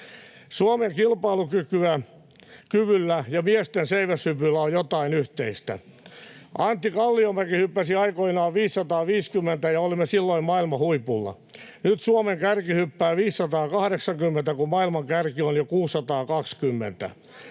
Suomen kilpailukyvyllä ja miesten seiväshypyllä on jotain yhteistä. Antti Kalliomäki hyppäsi aikoinaan 550, ja olimme silloin maailman huipulla. Nyt Suomen kärki hyppää 580, kun maailman kärki on jo 620.